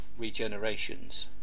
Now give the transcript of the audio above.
regenerations